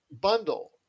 bundle